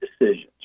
decisions